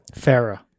Farah